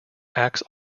acts